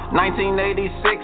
1986